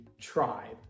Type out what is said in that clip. tribe